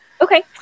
Okay